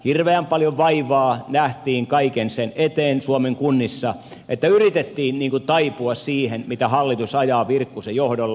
hirveän paljon vaivaa nähtiin kaiken sen eteen suomen kunnissa että yritettiin niin kuin taipua siihen mitä hallitus ajaa virkkusen johdolla